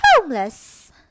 Homeless